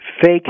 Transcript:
fake